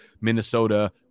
Minnesota